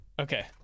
Okay